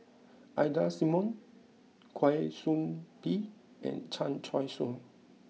Ida Simmons Kwa Soon Bee and Chan Choy Siong